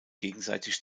gegenseitig